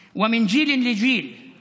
להלן תרגומם: "מדור לדור /